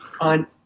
on